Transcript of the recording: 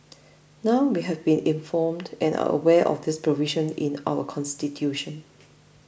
now we have been informed and are aware of this provision in our constitution